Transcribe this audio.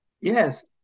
Yes